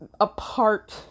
apart